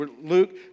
Luke